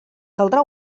caldrà